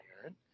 Aaron